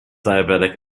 diabetic